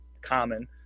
common